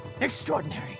Extraordinary